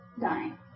dying